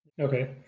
Okay